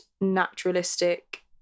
naturalistic